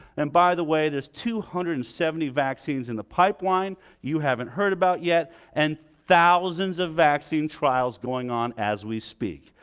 and by the way there's two hundred and seventy vaccines in the pipeline you haven't heard about yet and thousands of vaccine trials going on as we speak.